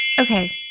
Okay